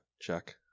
check